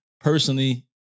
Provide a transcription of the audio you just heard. personally